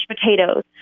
potatoes